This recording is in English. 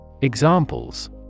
Examples